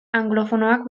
anglofonoak